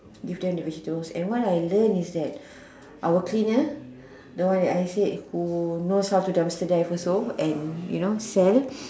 give them the vegetables and what I learn is that our cleaner the one I said who know how to dumpster dive also and you know sell